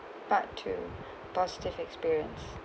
part two positive experience